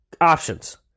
options